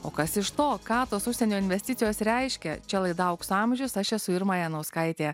o kas iš to ką tos užsienio investicijos reiškia čia laida aukso amžius aš esu irma janauskaitė